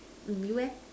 mm you eh